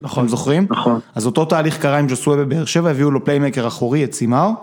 נכון, זוכרים? נכון. אז אותו תהליך קרה עם ג'אסווה בבאר שבע, הביאו לו פליימייקר אחורי, את סימר.